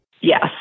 Yes